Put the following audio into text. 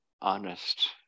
honest